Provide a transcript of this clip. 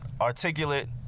articulate